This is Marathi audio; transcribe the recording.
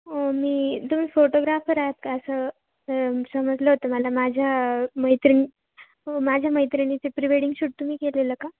मी तुम्ही फोटोग्राफर आहात का असं समजलं होतं मला माझ्या मैत्रिणी माझ्या मैत्रिणीचे प्री वेडिंग शूट तुम्ही केलेलं का